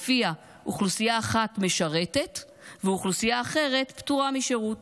שלפיה אוכלוסייה אחת משרתת ואוכלוסייה אחרת פטורה משירות,